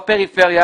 בפריפריה.